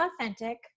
authentic